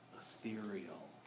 ethereal